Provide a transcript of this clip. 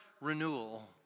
renewal